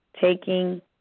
taking